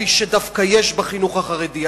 כפי שדווקא יש בחינוך החרדי,